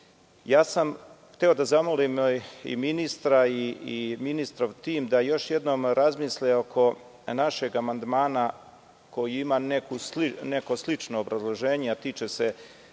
sam da zamolim i ministra i njegov tim da još jednom razmisle oko našeg amandmana koji ima neko slično obrazloženje, a tiče se